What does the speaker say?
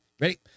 ready